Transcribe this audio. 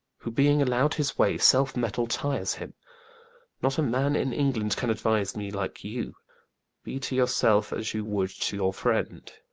who being allow'd his way selfe-mettle tyres him not a man in england can aduise me like you be to your selfe, as you would to your friend